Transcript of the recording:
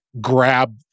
grab